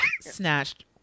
snatched